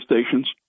stations